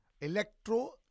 electro